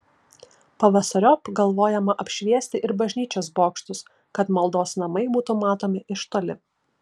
pavasariop galvojama apšviesti ir bažnyčios bokštus kad maldos namai būtų matomi iš toli